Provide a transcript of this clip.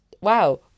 wow